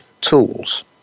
tools